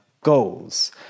goals